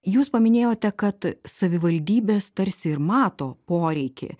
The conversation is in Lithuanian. jūs paminėjote kad savivaldybės tarsi ir mato poreikį